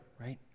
right